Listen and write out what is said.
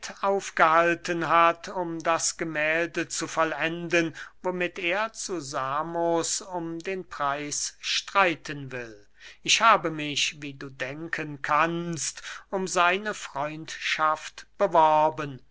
aufgehalten hat um das gemählde zu vollenden womit er zu samos um den preis streiten will ich habe mich wie du denken kannst um seine freundschaft beworben